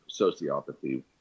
sociopathy